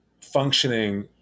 functioning